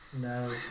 no